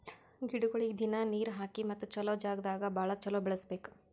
ಗಿಡಗೊಳಿಗ್ ದಿನ್ನಾ ನೀರ್ ಹಾಕಿ ಮತ್ತ ಚಲೋ ಜಾಗ್ ದಾಗ್ ಭಾಳ ಚಲೋ ಬೆಳಸಬೇಕು